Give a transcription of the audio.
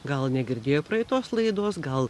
gal negirdėjo praeitos laidos gal